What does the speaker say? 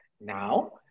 Now